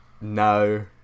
No